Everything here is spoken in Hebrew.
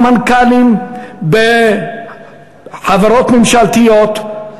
סמנכ"לים בחברות ממשלתיות,